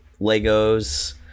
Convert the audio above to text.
Legos